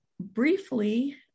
briefly